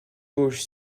gauche